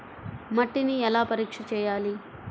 మట్టిని ఎలా పరీక్ష చేయాలి?